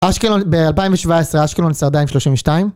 אשקלון, ב-2017 אשקלון צעדה עם שלושים ושתיים